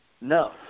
No